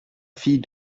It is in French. fille